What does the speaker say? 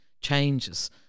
changes